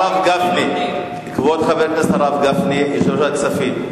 הרב גפני, יושב-ראש ועדת הכספים,